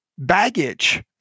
baggage